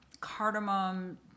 cardamom